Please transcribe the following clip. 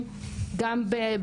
מניעת אלימות נגד נשים,